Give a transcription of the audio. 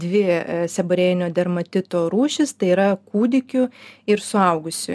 dvi seborėjinio dermatito rūšis tai yra kūdikių ir suaugusi